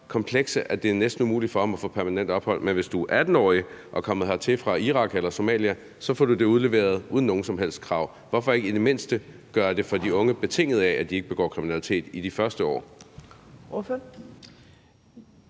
komplekse, at det næsten er umuligt for ham at få permanent ophold. Men hvis du er en 18-årig og er kommet hertil fra Irak eller Somalia, får du det udleveret uden nogen som helst krav. Hvorfor ikke i det mindste gøre det for de unge betinget af, at de ikke begår kriminalitet i de første år?